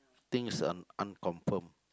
things un~ unconfirmed